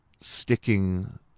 Sticking